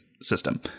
system